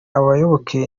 abayoboke